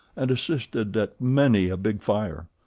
and assisted at many a big fire.